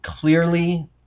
Clearly